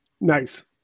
Nice